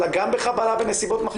אלא גם בחבלה בנסיבות מחמירות.